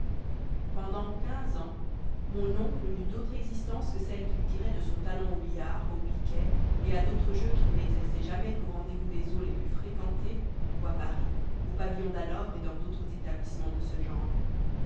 pendant quinze ans mon oncle n'eut d'autre existence que celle qu'il tirait de son talent au billard au piquet et à d'autres jeux qu'il n'exerçait jamais qu'au rendez-vous des eaux les plus fréquentées ou à paris au pavillon d'hanovre et dans d'autres établissemens de ce genre